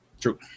true